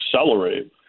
accelerate